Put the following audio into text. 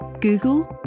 google